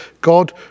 God